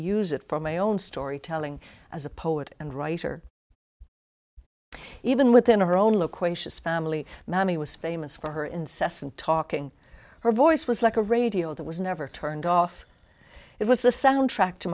use it for my own storytelling as a poet and writer even within her own loquacious family mammie was famous for her incessant talking her voice was like a radio that was never turned off it was the soundtrack to